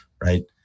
right